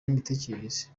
n’imitekerereze